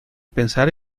pensar